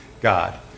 God